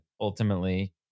ultimately